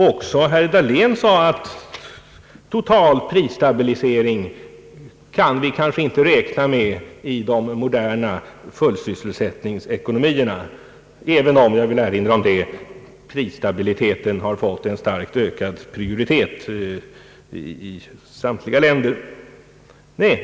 Också herr Dahlén sade att vi kanske inte kan räkna med total prisstabilisering i de moderna fullsysselsättningsekonomierna, även om — jag vill erinra om det — prisstabiliteten har fått en starkt ökad prioritet i samtliga länder.